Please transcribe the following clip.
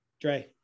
Dre